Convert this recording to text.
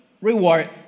reward